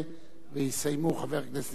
ויסיימו, חבר הכנסת נסים זאב